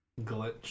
Glitch